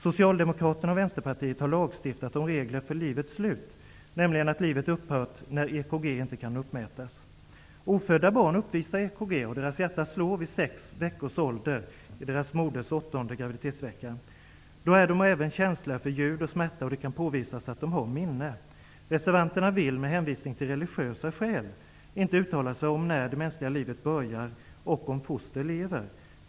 Socialdemokraterna och Vänsterpartiet har lagtstiftat om regler för livets slut, nämligen att livet upphör när EKG inte kan uppmätas. Ofödda barn uppvisar EKG och deras hjärtan slår vid sex veckors ålder, dvs. i moderns åttonde graviditetsvecka. Då är de även känsliga för ljud och smärta, och det kan påvisas att de har minne. Med hänsyn till religiösa skäl vill reservanterna inte uttala sig om när det mänskliga livet börjar eller när ett foster lever.